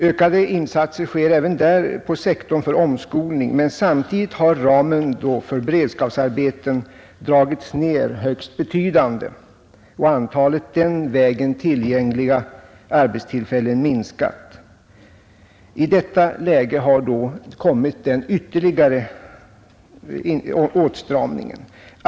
Ökade insatser sker även där på sektorn för omskolning, men samtidigt har ramen för beredskapsarbeten dragits ned högst betydligt och antalet den vägen tillgängliga arbetstillfällen minskat. I detta läge kommer så den ytterligare åtstramningen.